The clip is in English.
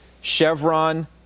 Chevron